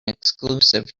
exclusive